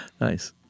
Nice